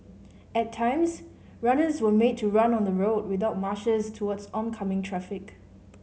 at times runners were made to run on the road without marshals towards oncoming traffic